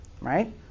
right